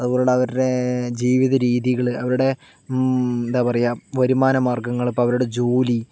അതുപോലെ അവരുടെ ജീവിത രീതികൾ അവരുടെ എന്താ പറയുക വരുമാന മാര്ഗ്ഗങ്ങള് ഇപ്പൊ അവരുടെ ജോലി